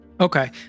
Okay